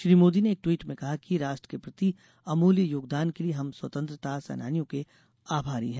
श्री मोदी ने एक ट्वीट में कहा कि राष्ट्र के प्रति अमूल्य योगदान के लिए हम स्वतंत्रता सेनानियों के आभारी हैं